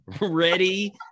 ready